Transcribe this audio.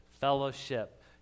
fellowship